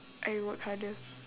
I work harder